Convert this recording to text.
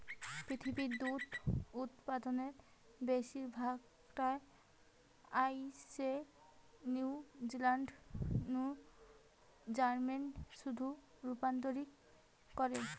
পৃথিবীর দুধ উতপাদনের বেশির ভাগ টা আইসে নিউজিলান্ড নু জার্মানে শুধুই রপ্তানি করে